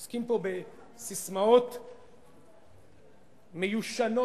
עוסקים פה בססמאות מיושנות,